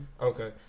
okay